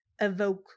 evoke